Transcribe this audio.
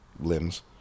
limbs